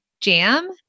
jam